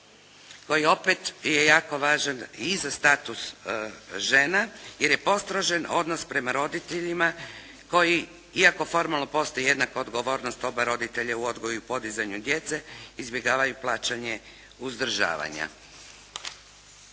koji opet je jako važan i za status žena, jer je postrožen odnos prema roditeljima koji iako formalno postoji jednaka odgovornost oba roditelja u odgoju i podizanju djece izbjegavaju plaćanje uzdržavanja.